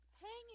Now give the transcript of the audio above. hanging